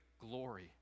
glory